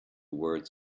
words